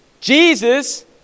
Jesus